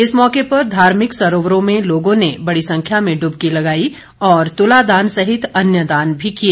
इस मौके पर धार्मिक सरोवरों में लोगों ने बड़ी संख्या में डबकी लगाई और तुलादान सहित अन्य दान भी किए